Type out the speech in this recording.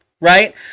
Right